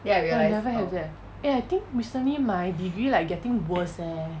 oh I never have that eh I think recently my degree like getting worse leh